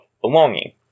belonging